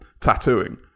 tattooing